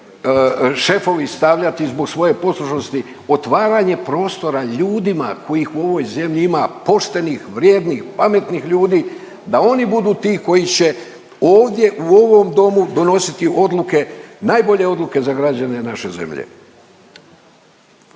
šefovi stavljati zbog svoje poslušnosti otvaranje prostora ljudima kojih u ovoj zemlji ima poštenih, vrijednih, pametnih ljudi da oni budu ti koji će ovdje u ovom Domu donositi odluke, najbolje odluke za građane naše zemlje.